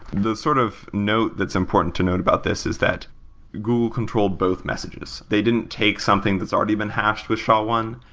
the sort of note that's important to note about this is that google controlled both messages. they didn't take something that's already been hashed with sha one,